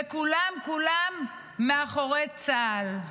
וכולם כולם מאחורי צה"ל.